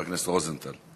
חבר הכנסת רוזנטל.